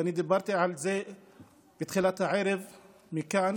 ואני דיברתי על זה בתחילת הערב מכאן,